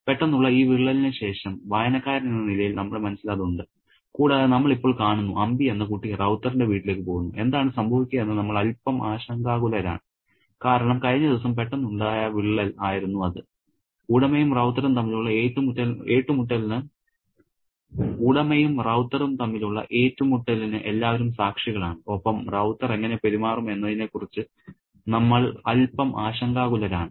പെട്ടെന്നുള്ള ഈ വിള്ളലിന് ശേഷം വായനക്കാരെന്ന നിലയിൽ നമ്മുടെ മനസ്സിൽ അത് ഉണ്ട് കൂടാതെ നമ്മൾ ഇപ്പോൾ കാണുന്നു അമ്പി എന്ന കുട്ടി റൌത്തറിന്റെ വീട്ടിലേക്ക് പോകുന്നു എന്താണ് സംഭവിക്കുകയെന്ന് നമ്മൾ അൽപ്പം ആശങ്കാകുലരാണ് കാരണം കഴിഞ്ഞ ദിവസം പെട്ടെന്നുണ്ടായ വിള്ളൽ ആയിരുന്നു അത് ഉടമയും റൌത്തറും തമ്മിലുള്ള ഏറ്റുമുട്ടലിന് എല്ലാവരും സാക്ഷികളാണ് ഒപ്പം റൌത്തർ എങ്ങനെ പെരുമാറും എന്നതിനെ കുറിച്ച് നമ്മൾ അൽപ്പം ആശങ്കാകുലരാണ്